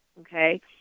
okay